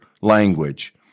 language